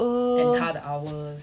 err